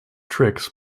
tricks